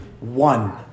one